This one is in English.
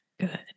Good